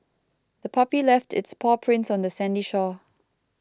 the puppy left its paw prints on the sandy shore